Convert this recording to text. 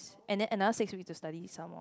~s and then another six weeks to study some more